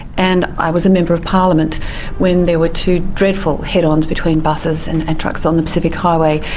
and i was a member of parliament when there were two dreadful head-ons between buses and and trucks on the pacific highway.